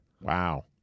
Wow